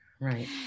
Right